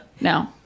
No